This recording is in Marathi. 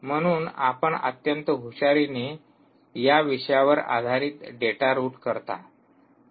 म्हणून आपण अत्यंत हुशारीने या विषयावर आधारित डेटा रूट करता